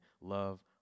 Love